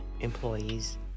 employees